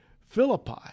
Philippi